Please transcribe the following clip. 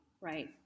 right